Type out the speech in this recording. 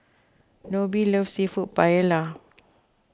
Nobie loves Seafood Paella